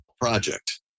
project